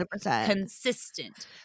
consistent